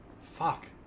Fuck